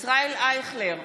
ישראל אייכלר,